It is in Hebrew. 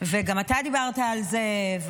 וגם אתה דיברת על זה.